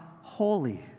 holy